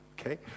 Okay